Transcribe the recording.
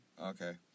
Okay